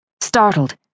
Startled